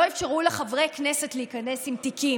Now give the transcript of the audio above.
שלא אפשרו לחברי כנסת להיכנס עם תיקים.